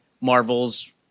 marvel's